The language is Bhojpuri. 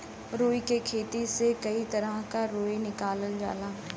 रुई के खेती से कई तरह क रुई निकालल जाला